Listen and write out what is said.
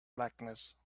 blackness